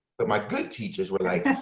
but my good teachers were like,